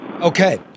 Okay